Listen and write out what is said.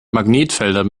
magnetfelder